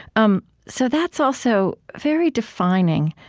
um so that's also very defining.